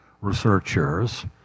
researchers